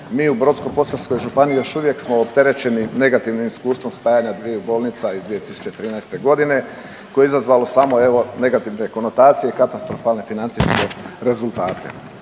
mi u Brodsko-posavskoj županiji još uvijek smo opterećeni negativnim iskustvom spajanja dviju bolnica iz 2013.g. koje je izazvalo samo evo negativne konotacije i katastrofalne financijske rezultate.